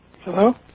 Hello